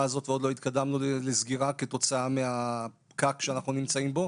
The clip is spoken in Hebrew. הזאת ועוד לא התקדמנו לסגירה כתוצאה מהפקק שאנו נמצאים בו,